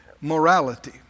morality